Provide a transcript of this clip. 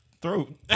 throat